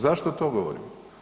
Zašto to govorim?